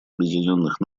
объединенных